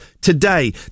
today